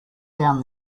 down